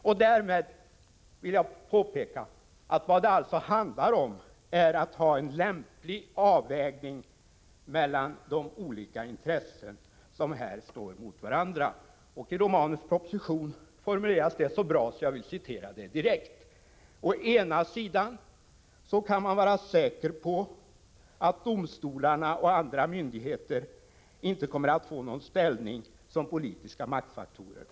Jag vill påpeka att vad det handlar om alltså är att ha en lämplig avvägning mellan de olika intressen som här står emot varandra. I Romanus proposition formuleras det så bra att jag vill citera det: ”Å ena sidan kan man vara säker på att domstolarna och andra myndigheter inte kommer att få någon ställning som politiska maktfaktorer.